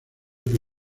que